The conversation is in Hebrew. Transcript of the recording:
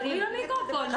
דברי למיקרופון, זה מאוד חשוב.